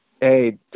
hey